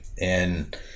And-